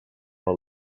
per